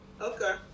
Okay